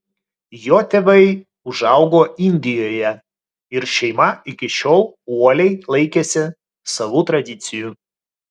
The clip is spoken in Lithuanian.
jo tėvai užaugo indijoje ir šeima iki šiol uoliai laikėsi savų tradicijų